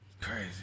Crazy